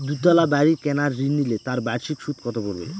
দুতলা বাড়ী কেনার ঋণ নিলে তার বার্ষিক সুদ কত পড়বে?